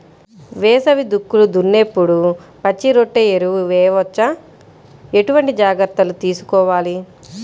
వేసవి దుక్కులు దున్నేప్పుడు పచ్చిరొట్ట ఎరువు వేయవచ్చా? ఎటువంటి జాగ్రత్తలు తీసుకోవాలి?